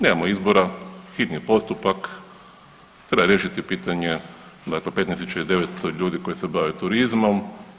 Nemamo izbora, hitni postupak, treba riješiti pitanje dakle 15.900 ljudi koji se bave turizmom.